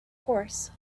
course